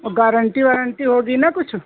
वो guarantee warranty होगी ना कुछ